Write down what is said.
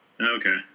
Okay